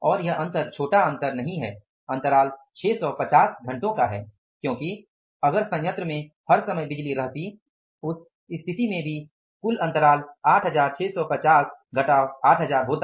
और यह अंतर छोटा अंतर नहीं है अंतराल 650 घंटे का है क्योंकि अगर संयंत्र में हर समय बिजली रहती उस स्थिति में भी कुल अंतराल 8650 घटाव 8000 होता